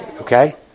Okay